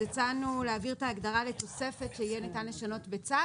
הצענו להעביר את ההגדרה לתוספת שיהיה ניתן לשנות בצו